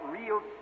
real